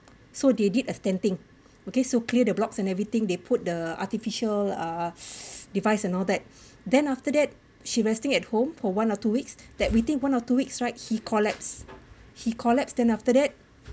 so they did extending okay so clear the blocks and everything they put the artificial uh devices and all that then after that she resting at home for one or two weeks that we think one or two weeks right he collapsed he collapsed then after that